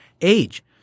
Age